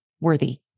worthy